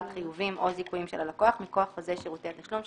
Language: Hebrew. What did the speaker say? חיובים או זיכויים של הלקוח מכוח חוזה שירותי התשלום,